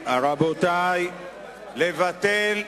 רבותי, לבטל.